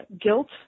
guilt